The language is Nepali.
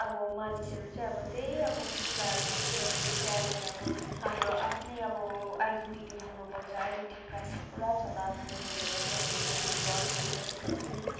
अब मानिसहरू चाहिँ अब त्यही अब कुराहरूमा चाहिँ अब जस्तो अहिले अब हाम्रो आफ्नो अब आइडेन्डटिटी हुनु पर्छ आइडेन्टटिटी क्राइसिस पुरा छ दार्जिलिङ भयो कालिम्पोङ कर्सियङ जति पनि हिल